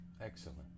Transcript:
Excellent